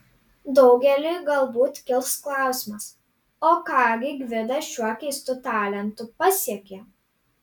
daugeliui galbūt kils klausimas o ką gi gvidas šiuo keistu talentu pasiekė